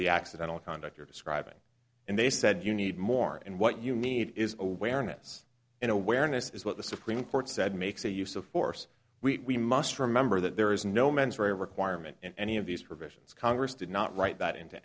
the accidental conduct you're describing and they said you need more and what you need is awareness and awareness is what the supreme court said makes a use of force we must remember that there is no mandatory requirement in any of these provisions congress did not write that into